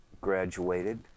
graduated